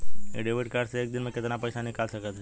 इ debit card से एक दिन मे कितना पैसा निकाल सकत हई?